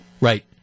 Right